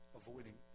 avoiding